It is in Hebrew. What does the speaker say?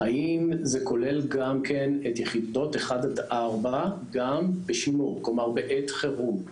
האם זה כולל גם כן את יחידות 1-4 בעת חירום?